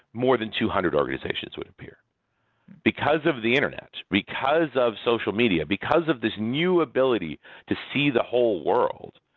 more than two hundred organizations would appear because of the internet, because of social media, because of this new ability to see the whole world.